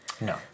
No